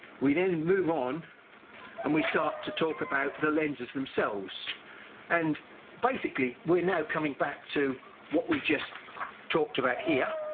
we then move on and we start to talk about the lenses themselves and basically we're now coming back to what we've just talked about here